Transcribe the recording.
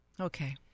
Okay